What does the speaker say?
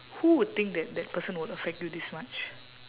who would think that that person would affect you this much